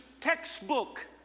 textbook